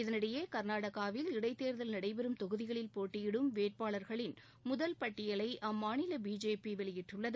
இதனிடையே கா்நாடகாவில் இடைத்தேர்தல் நடைபெறும் தொகுதிகளில் போட்டியிடும் வேட்பாளா்களின் முதல் பட்டியலை அம்மாநில பிஜேபி வெளியிட்டுள்ளது